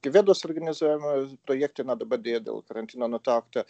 įvedus organizuojamos projektinio dabar dėl karantino nutraukti